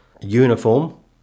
uniform